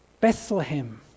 Bethlehem